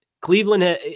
Cleveland